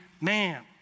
man